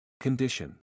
Condition